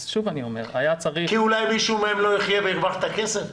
כי אולי מישהו מהם לא יחיה והרווחת כסף?